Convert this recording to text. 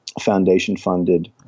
foundation-funded